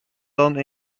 dan